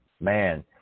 man